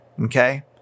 Okay